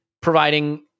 providing